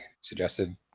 suggested